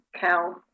cow